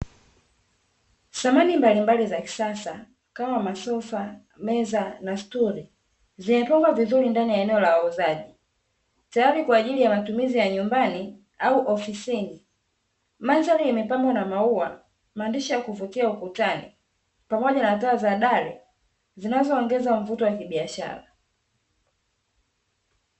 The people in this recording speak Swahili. Samani mbalimbali za kisasa kama masofa, meza na stuli, zimepangwa vizuri ndani ya eneo la wauzaji, tayari kwa ajili ya matumizi ya nyumbani au ofisini. Mandhari imepambwa na maua, maandishi ya kuvutia ukutani, pamoja na taa za dari zinazoongeza mvuto wa kibiashara.